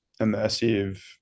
immersive